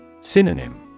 Synonym